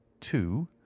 two